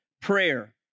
prayer